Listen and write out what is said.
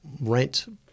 rent